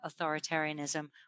authoritarianism